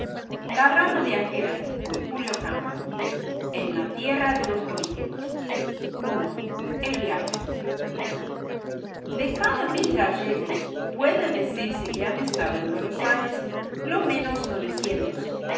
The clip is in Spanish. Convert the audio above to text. en la tierra de los políticos i el viaje de cada mil gallegos puede decirse que han estado en buenos aires lo menos novecientos